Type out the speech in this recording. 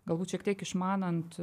galbūt šiek tiek išmanant